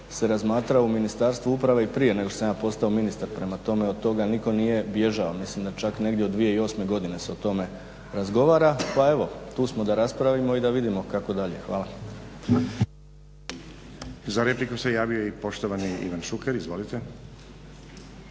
se razmatra u Ministarstvu uprave i prije nego što sam ja postao ministar, prema tome od toga nitko nije bježao, mislim da čak negdje od 2008. godine se o tome razgovara pa evo, tu smo da raspravimo i da vidimo kako dalje. Hvala. **Stazić, Nenad (SDP)** Za repliku se javio i poštovani Ivan Šuker. Izvolite.